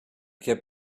kept